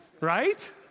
Right